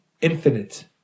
infinite